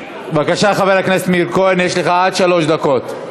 בבקשה, חבר הכנסת מאיר כהן, יש לך עד שלוש דקות.